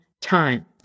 time